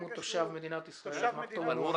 אם הוא תושב מדינת ישראל --- אומרים